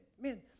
man